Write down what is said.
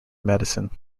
medicine